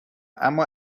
اما